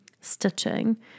stitching